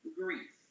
grief